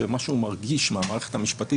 מה שהוא מרגיש מהמערכת המשפטית,